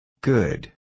Good